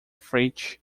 fitch